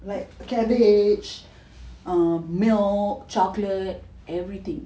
like cabbage um milk chocolate everything